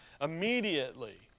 Immediately